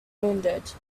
wounded